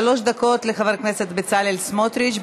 שלוש דקות לחבר הכנסת בצלאל סמוטריץ.